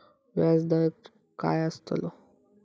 व्याज दर काय आस्तलो?